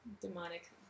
demonic